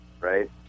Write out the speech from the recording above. right